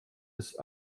ist